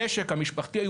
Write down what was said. במשק המשפחתי.